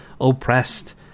oppressed